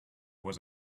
was